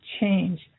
change